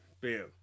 Bam